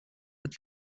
but